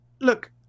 look